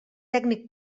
tècnic